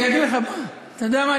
אני אגיד לך מה, אתה יודע מה?